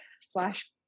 slash